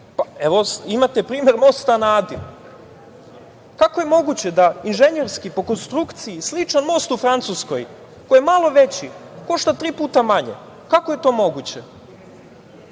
Dragana, imate primer mosta na Adi. Kako je moguće da inženjerski, po konstrukciji, sličan most u Francuskoj, koji je malo veći, košta tri puta manje? Kako je to moguće?